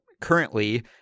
currently